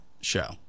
show